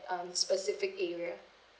um specific area